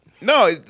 No